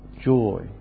joy